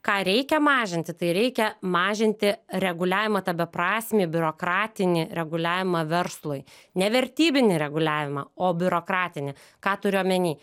ką reikia mažinti tai reikia mažinti reguliavimą tą beprasmį biurokratinį reguliavimą verslui ne vertybinį reguliavimą o biurokratinį ką turiu omeny